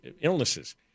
illnesses